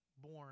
born